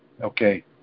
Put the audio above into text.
Okay